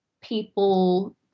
people